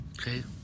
okay